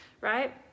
Right